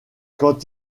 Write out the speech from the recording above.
quand